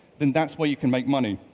then that's where you can make money.